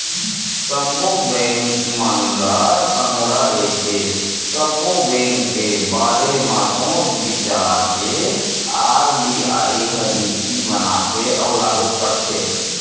सब्बो बेंक मन ल संघरा लेके, सब्बो बेंक के बारे म सोच बिचार के आर.बी.आई ह नीति बनाथे अउ लागू करथे